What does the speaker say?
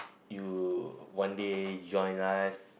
you one day you join us